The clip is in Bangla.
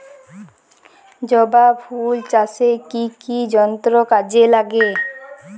জবা ফুল চাষে কি কি যন্ত্র কাজে লাগে?